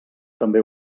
també